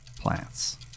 plants